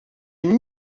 une